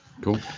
Cool